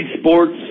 sports